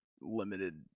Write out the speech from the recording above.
limited